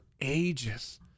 ages